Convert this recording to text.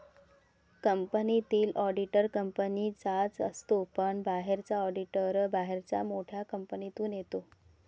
कंपनीतील ऑडिटर कंपनीचाच असतो पण बाहेरचा ऑडिटर बाहेरच्या मोठ्या कंपनीतून येतो